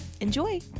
Enjoy